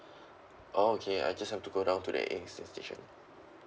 orh okay I just have to go down to the A_X_S station